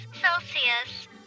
Celsius